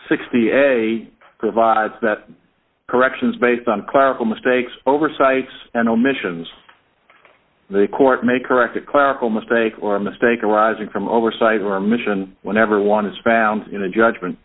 sixty a provides that corrections based on clerical mistakes oversights and omissions the court may correct a clerical mistake or mistake arising from oversight or mission whenever one is found in a judgment